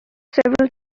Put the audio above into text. several